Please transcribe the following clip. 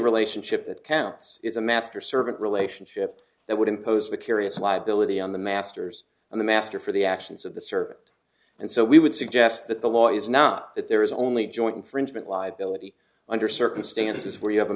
relationship that counts is a master servant relationship that would impose the curious liability on the masters and the master for the actions of the servant and so we would suggest that the law is not that there is only joint infringement liability under circumstances where you have a